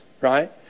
right